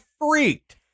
freaked